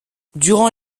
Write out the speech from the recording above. durant